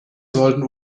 sollten